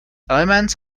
elements